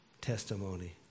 testimony